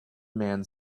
man